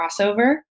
crossover